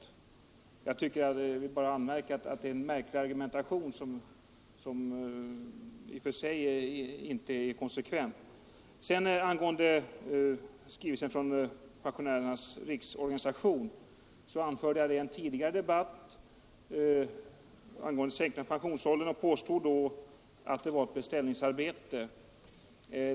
Jag vill bara anmärka att det är en märklig argumentation, som inte är konsekvent. Jag har vidare i en tidigare debatt påstått att skrivelsen från Pensionärernas riksorganisation angående sänkning av pensionsåldern var ett beställningsarbete.